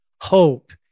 Hope